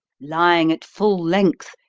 lying at full length,